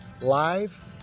live